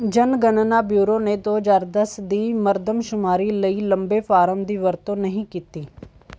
ਜਨਗਣਨਾ bureau ਨੇ ਦੋ ਹਜ਼ਾਰ ਦਸ ਦੀ ਮਰਦਮਸ਼ੁਮਾਰੀ ਲਈ ਲੰਬੇ ਫਾਰਮ ਦੀ ਵਰਤੋਂ ਨਹੀਂ ਕੀਤੀ